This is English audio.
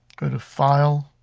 go to file,